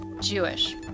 Jewish